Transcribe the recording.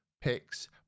picks